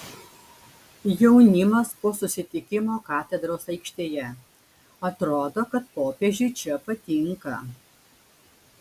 jaunimas po susitikimo katedros aikštėje atrodo kad popiežiui čia patinka